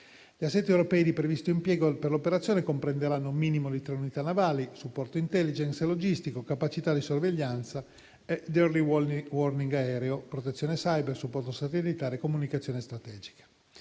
Gli assetti europei di previsto impiego per l'operazione comprenderanno un minimo di tre unità navali, supporto *intelligence* e logistico, capacità di sorveglianza e di *early warning* aereo; protezione *cyber*, supporto satellitare, comunicazione strategica.